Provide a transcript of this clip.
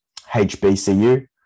HBCU